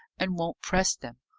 and won't press them.